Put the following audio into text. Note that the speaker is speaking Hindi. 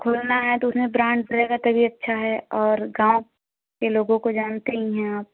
खोलना है तो उसमें ब्रांड पड़ेगा तभी अच्छा है और गाँव के लोगों को जानते ही हैं आप